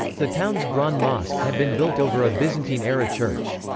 the town's grand mosque had been built over a byzantine-era church.